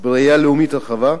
בראייה לאומית רחבה,